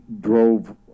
drove